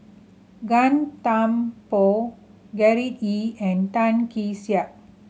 Gan Thiam Poh Gerard Ee and Tan Kee Sek